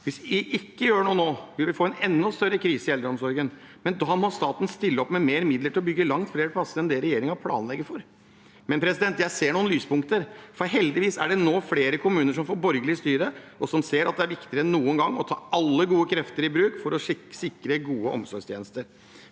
Hvis vi ikke gjør noe nå, vil vi få en enda større krise i eldreomsorgen, men da må staten stille opp med mer midler til å bygge langt flere plasser enn det regjeringen planlegger for. Jeg ser likevel noen lyspunkter, for heldigvis er det nå flere kommuner som får borgerlig styre, og som ser at det er viktigere enn noen gang å ta alle gode krefter i bruk for å sikre gode omsorgstjenester.